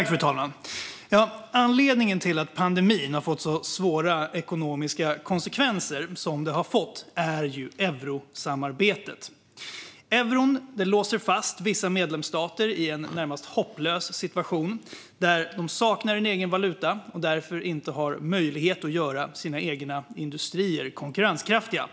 Fru talman! Anledningen till att pandemin har fått så svåra ekonomiska konsekvenser som den fått är eurosamarbetet. Euron låser fast vissa medlemsstater i en närmast hopplös situation. Eftersom de saknar en egen valuta har de inte möjlighet att göra sina egna industrier konkurrenskraftiga.